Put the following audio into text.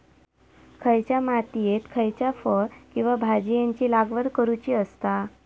कसल्या मातीयेत खयच्या फळ किंवा भाजीयेंची लागवड करुची असता?